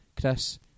Chris